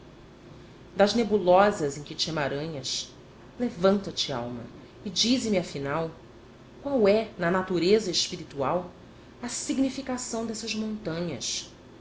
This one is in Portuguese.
das nebulosas em que te emaranhas levanta-te alma e dize-me afinal qual é na natureza espiritual a significação dessas montanhas